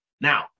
now